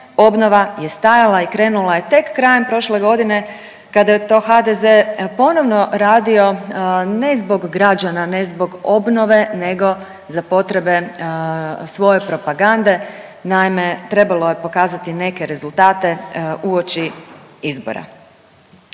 obnova je stajala i krenula je tek krajem prošle godine kada je to HDZ ponovno radio ne zbog građana, ne zbog obnove nego za potrebe svoje propagande, naime trebalo je pokazati neke rezultate uoči izbora.